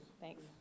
thanks